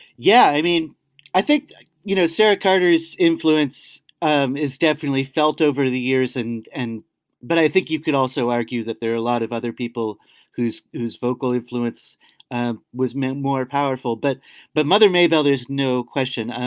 yeah. i mean i think you know sarah carter's influence um is definitely felt over the years and and but i think you could also argue that there are a lot of other people whose whose vocal influence and was meant more powerful but but mother maybelle there's no question.